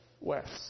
west